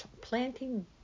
Planting